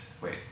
wait